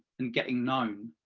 and getting known.